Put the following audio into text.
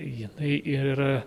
jinai ir yra